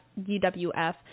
UWF